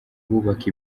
bubaka